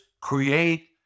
create